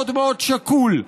מאוד מאוד שקול,